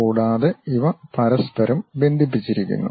കൂടാതെ ഇവ പരസ്പരം ബന്ധിപ്പിച്ചിരിക്കുന്നു